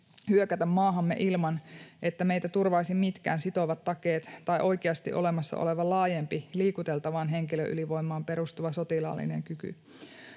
hyökätä maahamme ilman, että meitä turvaisivat mitkään sitovat takeet tai oikeasti olemassa oleva laajempi liikuteltavaan henkilöylivoimaan perustuva sotilaallinen kyky.